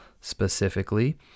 specifically